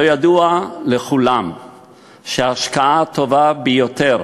הלוא ידוע לכולם שההשקעה הטובה ביותר